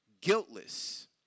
guiltless